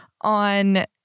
on